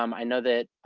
um i know that,